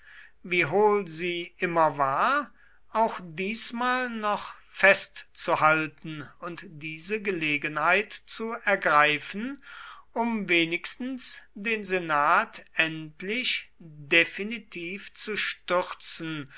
wie hohl sie immer war auch diesmal noch festzuhalten und diese gelegenheit zu ergreifen um wenigstens den senat endlich definitiv zu stürzen